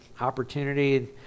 opportunity